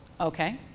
Okay